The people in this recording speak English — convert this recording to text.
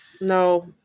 No